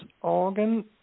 organ